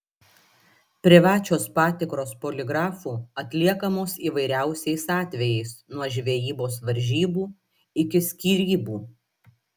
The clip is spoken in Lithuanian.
privačios patikros poligrafu atliekamos įvairiausiais atvejais nuo žvejybos varžybų iki skyrybų